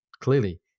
clearly